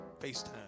FaceTime